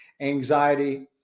anxiety